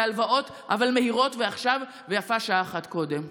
כהלוואות, אבל מהירות ועכשיו, ויפה שעת אחת קודם.